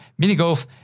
Minigolf